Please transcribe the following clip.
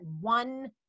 one